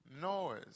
noise